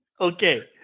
Okay